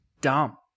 dumb